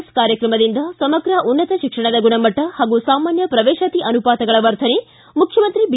S ಕಾರ್ಯಕ್ರಮದಿಂದ ಸಮಗ್ರ ಉನ್ನತ ಶಿಕ್ಷಣದ ಗುಣಮಟ್ಟ ಹಾಗೂ ಸಾಮಾನ್ಯ ಪ್ರವೇಶಾತಿ ಅನುಪಾತಗಳ ವರ್ಧನೆ ಮುಖ್ಯಮಂತ್ರಿ ಬಿ